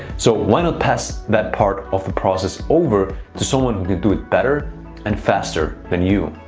so why not pass that part of the process over to someone who can do it better and faster than you?